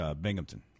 Binghamton